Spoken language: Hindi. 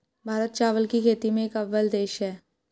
भारत चावल की खेती में एक अव्वल देश है